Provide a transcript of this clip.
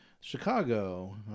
Chicago